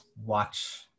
watch